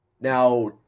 Now